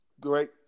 great